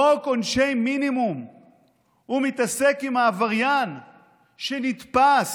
חוק עונשי מינימום מתעסק עם העבריין שנתפס,